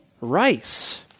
Rice